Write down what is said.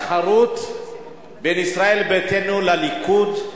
התחרות בין ישראל ביתנו לליכוד,